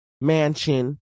Mansion